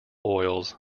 oils